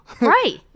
Right